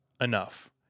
enough